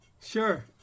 Sure